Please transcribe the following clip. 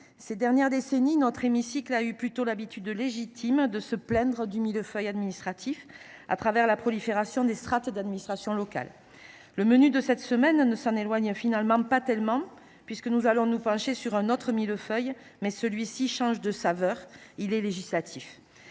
ces dernières décennies, notre hémicycle a plutôt eu l’habitude légitime de se plaindre du millefeuille administratif, face à la prolifération des strates d’administrations locales. Le menu de cette semaine ne s’en éloigne finalement pas tellement, puisque nous allons nous pencher sur un autre millefeuille – mais celui ci change de saveur : il est législatif